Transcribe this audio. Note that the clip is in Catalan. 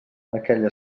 aquella